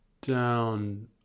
down